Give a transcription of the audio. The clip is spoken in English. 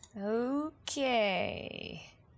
Okay